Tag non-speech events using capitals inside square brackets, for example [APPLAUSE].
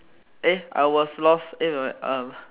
eh I was lost [NOISE] um